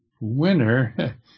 winner